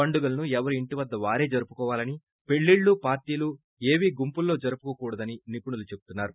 పండుగలను ఎవరి ఇంటి వద్ద వారే జరుపుకోవాలని పెళ్ళిళ్ళు పార్టీలు ఏవీ గుంపుల్లో జరుపుకోకూడదని నిపుణులు హెచ్చరిస్తున్నారు